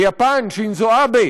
ביפן, שינזו אבה,